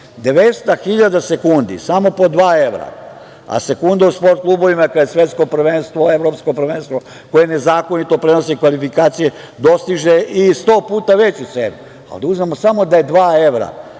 200.000 sekundi samo po dva evra, a sekunda u Sport klubovima kada je Svetsko prvenstvo, Evropsko prvenstvo, koje nezakonito prenose, i kvalifikacije, dostiže i 100 puta veću cenu, ali da uzmemo samo da je dva evra